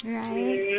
right